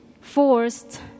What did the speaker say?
forced